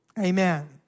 Amen